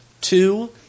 Two